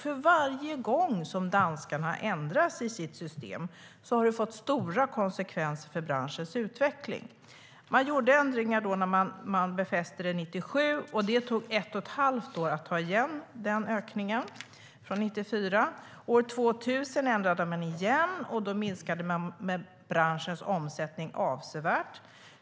För varje gång som danskarna ändrat sitt system har det fått stora konsekvenser vad gäller branschens utveckling. Man gjorde ändringar när systemet befästes 1997, och det tog ett och ett halvt år att ta igen de ökningarna. År 2000 ändrade man igen, och då minskade branschens omsättning avsevärt.